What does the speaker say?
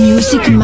Music